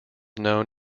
known